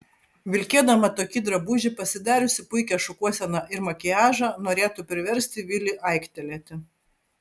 vilkėdama tokį drabužį pasidariusi puikią šukuoseną ir makiažą norėtų priversti vilį aiktelėti